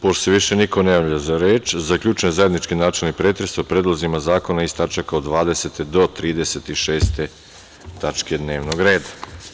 Pošto se više niko ne javlja za reč, zaključujem zajednički načelni pretres o predlozima zakona iz tačaka od 20. do 36. tačke dnevnog reda.